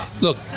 Look